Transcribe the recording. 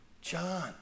John